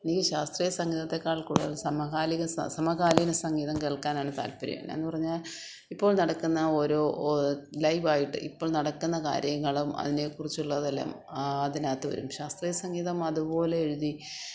എനിക്ക് ശാസ്ത്രീയ സംഗീതത്തെക്കാൾ കൂടുതൽ സമകാലിക സ സമകാലീന സംഗീതം കേൾക്കാനാണ് താൽപ്പര്യം എന്നാന്ന് പറഞ്ഞാൽ ഇപ്പോള് നടക്കുന്ന ഓരോ ലൈവായിട്ട് ഇപ്പോള് നടക്കുന്ന കാര്യങ്ങളും അതിനേക്കുറിച്ചുള്ളതെല്ലാം അതിനകത്തു വരും ശാസ്ത്രീയ സംഗീതം അതുപോലെ എഴുതി